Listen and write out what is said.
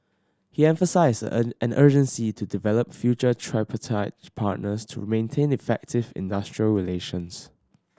he emphasised an an urgency to develop future tripartite partners to maintain effective industrial relations